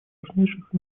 важнейших